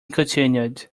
continued